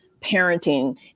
parenting